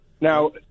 Now